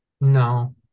No